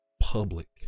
Public